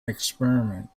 experiment